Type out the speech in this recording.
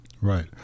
Right